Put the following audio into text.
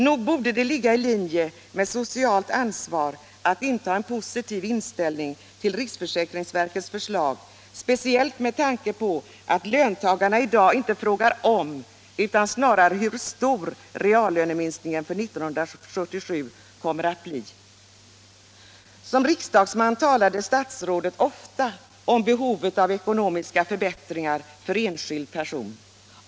Nog borde det ligga i linje med socialt ansvar att inta en positiv inställning till riksförsäkringsverkets förslag, speciellt med tanke på att löntagarna i dag inte frågar om, utan snarare hur stor teallöneminskningen för 1977 kommer att bli. Som riksdagsman talade statsrådet ofta om behovet av ekonomiska förbättringar för enskild person.